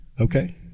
okay